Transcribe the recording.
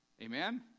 amen